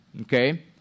okay